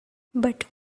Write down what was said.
but